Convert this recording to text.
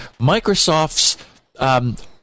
Microsoft's